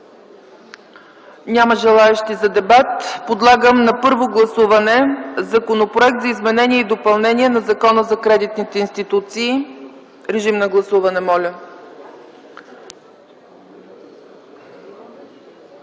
Няма желаещи за дебат. Подлагам на първо гласуване Законопроект за изменение и допълнение на Закона за кредитните институции. Моля да гласуваме.